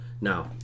Now